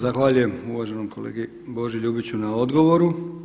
Zahvaljujem uvaženom kolegi Boži Ljubiću na odgovoru.